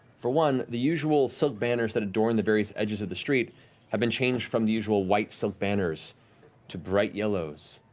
for one, the usual silk banners that adorn the various edges edges of the streets have been changed from the usual white silk banners to bright yellows,